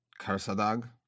Karsadag